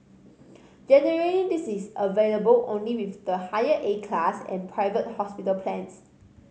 generally this is available only with the higher A class and private hospital plans